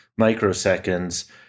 microseconds